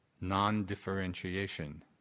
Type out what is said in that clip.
non-differentiation